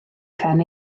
phen